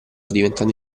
diventando